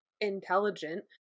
intelligent